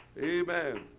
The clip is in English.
Amen